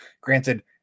granted